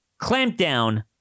clampdown